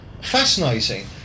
Fascinating